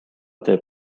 teeb